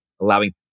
allowing